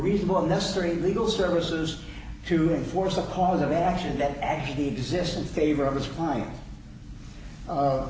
reasonable necessary legal services to enforce a cause of action that actually exists in favor of this fine